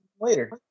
later